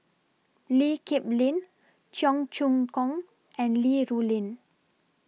Lee Kip Lin Cheong Choong Kong and Li Rulin